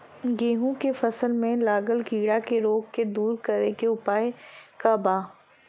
गेहूँ के फसल में लागल कीड़ा के रोग के दूर करे के उपाय का बा?